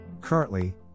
Currently